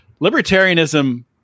libertarianism